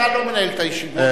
אתה לא מנהל את הישיבות,